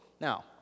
Now